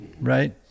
right